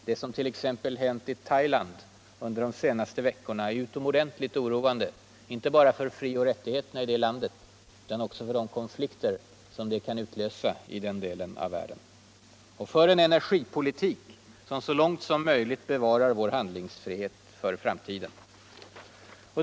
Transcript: Det som t.ex. hänt i Thailand de senaste veckorna är utomordentligt oroande inte bara för frioch rättigheterna i dot landet utan också med tanke på de konflikter det kan utlösa i den delen av världen. Vi har också uttalat oss för en energipohivuik som så långt möjligt bevarar vår handlingsfrihet för framtiden.